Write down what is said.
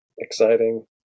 exciting